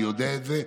אני יודע את זה,